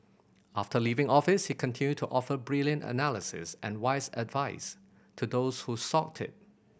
after leaving office he continued to offer brilliant analysis and wise advice to those who sought it